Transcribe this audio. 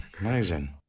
Amazing